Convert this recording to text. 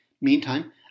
Meantime